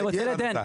אלעד,